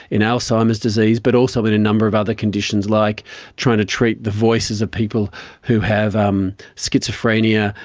in alzheimer's disease, but also in a number of other conditions like trying to treat the voices of people who have um schizophrenia,